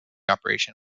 operation